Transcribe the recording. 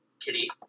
Kitty